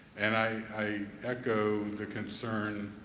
and i i echo the concerns